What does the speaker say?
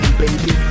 baby